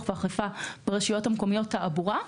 והאכיפה ברשויות המקומיות (תעבורה),